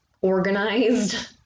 organized